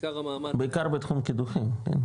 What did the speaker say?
שעיקר --- בעיקר בתחום קידוחים, כן?